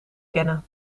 kennen